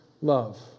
love